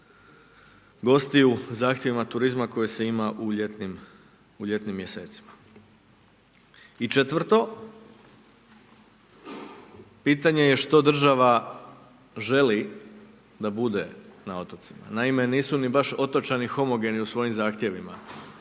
gostiju, zahtjeva turizma koje se ima u ljetnim mjesecima. I četvrto, pitanje je što država želi da bude na otocima, naime naime nisu ni baš otočani homogeni u svojim zahtjevima.